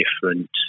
different